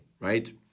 right